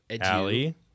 Allie